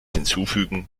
hinzufügen